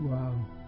Wow